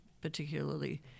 particularly